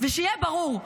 ושיהיה ברור: